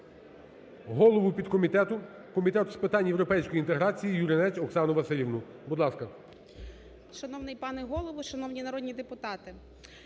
голову підкомітету Комітету з питань європейської інтеграції Юринець Оксану Василівну. Будь ласка.